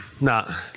No